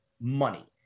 money